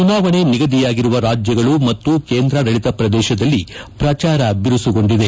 ಚುನಾವಣೆ ನಿಗದಿಯಾಗಿರುವ ರಾಜ್ಯಗಳು ಮತ್ತು ಕೇಂಧಾಡಳಿತ ಪ್ರದೇಶದಲ್ಲಿ ಪ್ರಚಾರ ಬಿರುಸುಗೊಂಡಿದೆ